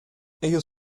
ellos